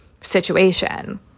situation